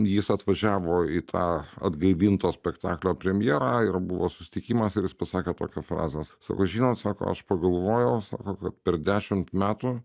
jis atvažiavo į tą atgaivinto spektaklio premjerą ir buvo susitikimas ir jis pasakė tokią frazę sako žinot sako aš pagalvojau sako kad per dešimt metų